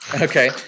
okay